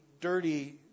dirty